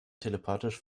telepathisch